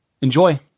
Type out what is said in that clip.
Enjoy